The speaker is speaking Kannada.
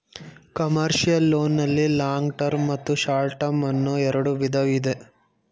ಕಮರ್ಷಿಯಲ್ ಲೋನ್ ನಲ್ಲಿ ಲಾಂಗ್ ಟರ್ಮ್ ಮತ್ತು ಶಾರ್ಟ್ ಟರ್ಮ್ ಅನ್ನೋ ಎರಡು ವಿಧ ಇದೆ